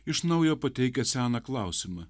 iš naujo pateikia seną klausimą